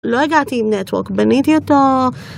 לא הגעתי עם Network, בניתי אותו.